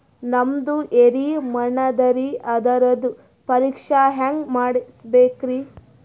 ನಮ್ದು ಎರಿ ಮಣ್ಣದರಿ, ಅದರದು ಪರೀಕ್ಷಾ ಹ್ಯಾಂಗ್ ಮಾಡಿಸ್ಬೇಕ್ರಿ?